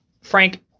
Frank